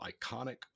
iconic